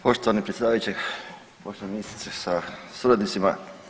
Poštovani predsjedavajući, poštovana ministrice sa suradnicima.